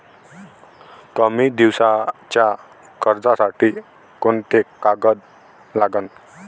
कमी दिसाच्या कर्जासाठी कोंते कागद लागन?